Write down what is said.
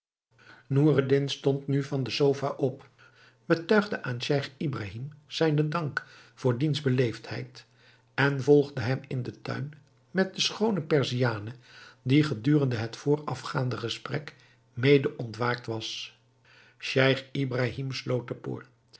noureddin stond nu van de sofa op betuigde aan scheich ibrahim zijnen dank voor diens beleefdheid en volgde hem in den tuin met de schoone perziane die gedurende het voorafgaande gesprek mede ontwaakt was scheich ibrahim sloot de poort